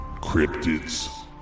Cryptids